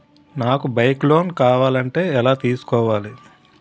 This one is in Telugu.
నాకు బైక్ లోన్ కావాలంటే ఎలా తీసుకోవాలి?